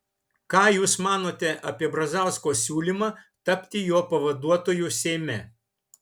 ką jūs manote apie brazausko siūlymą tapti jo pavaduotoju seime